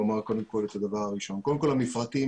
אז קודם כל אני הייתי שמח מאוד אם